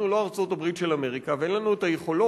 אנחנו לא ארצות-הברית של אמריקה ואין לנו את היכולות,